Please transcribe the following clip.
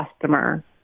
customer